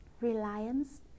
reliance